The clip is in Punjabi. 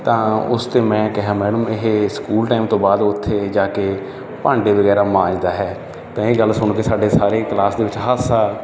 ਤਾਂ ਉਸ 'ਤੇ ਮੈਂ ਕਿਹਾ ਮੈਡਮ ਇਹ ਸਕੂਲ ਟਾਈਮ ਤੋਂ ਬਾਅਦ ਉੱਥੇ ਜਾ ਕੇ ਭਾਂਡੇ ਵਗੈਰਾ ਮਾਂਜਦਾ ਹੈ ਤਾਂ ਇਹ ਗੱਲ ਸੁਣ ਕੇ ਸਾਡੇ ਸਾਰੇ ਕਲਾਸ ਦੇ ਵਿੱਚ ਹਾਸਾ